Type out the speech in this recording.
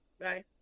Bye